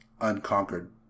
unconquered